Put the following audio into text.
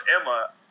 Emma